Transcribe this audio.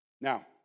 Now